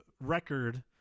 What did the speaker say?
record